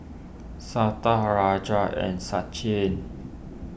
Santha Hrajat and Sachin